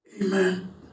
Amen